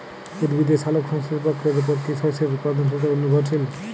উদ্ভিদের সালোক সংশ্লেষ প্রক্রিয়ার উপর কী শস্যের উৎপাদনশীলতা নির্ভরশীল?